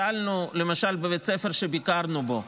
בבית ספר שביקרנו בו,